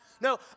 No